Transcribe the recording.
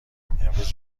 امروز